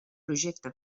projecte